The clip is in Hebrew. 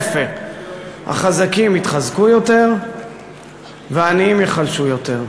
להפך, החזקים יתחזקו יותר והעניים ייחלשו יותר.